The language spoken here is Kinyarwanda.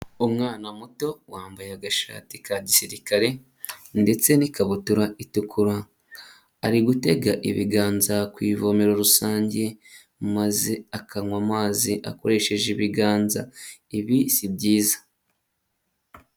Umwana muto wambaye agashati ka gisirikare ndetse n'ikabutura itukura. Arigutega ibiganza ku ivomero rusange maze akanywa amazi akoresheje ibiganza. Ibi si byiza.